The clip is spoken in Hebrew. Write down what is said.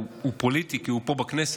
הוא פוליטי כי הוא פה בכנסת,